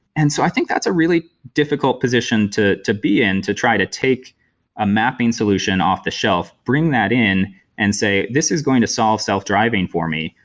and so i think that's a really difficult position to to be in to try to take a mapping solution off-the-shelf, bring that in and say, this is going to solve self-driving for me,